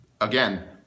again